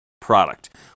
product